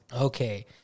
Okay